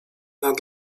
nad